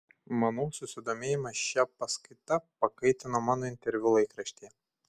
manau susidomėjimą šia paskaita pakaitino mano interviu laikraštyje